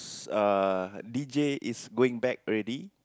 is uh D_J is going back already